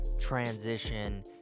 transition